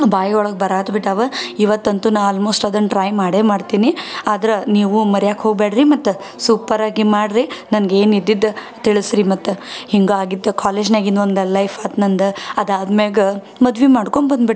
ಬಾಯಿ ಒಳಗೆ ಬರಾತ್ ಬಿಟ್ಟವ ಇವತ್ತಂತೂ ನಾನು ಆಲ್ಮೋಶ್ಟ್ ಅದನ್ನ ಟ್ರೈ ಮಾಡಿಯೇ ಮಾಡ್ತೀನಿ ಆದ್ರೆ ನೀವು ಮರ್ಯೋಕೆ ಹೋಗ್ಬೇಡ್ರಿ ಮತ್ತು ಸೂಪ್ಪರಾಗಿ ಮಾಡಿರಿ ನನ್ಗೆ ಏನು ಇದ್ದಿದ್ದು ತಿಳಿಸ್ರೀ ಮತ್ತು ಹಿಂಗೆ ಆಗಿದ್ದ ಕಾಲೇಜ್ನ್ಯಾಗ ಇನ್ನೊಂದು ಲೈಫ್ ಆಯ್ತು ನಂದು ಅದು ಆದ್ಮೇಗ ಮದ್ವೆ ಮಾಡ್ಕೊಂಡ್ಬಂದ್ಬಿಟ್ಟೆ